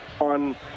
on